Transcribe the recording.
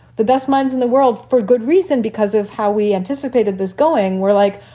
the best minds in the world for good reason because of how we anticipated this going. we're like,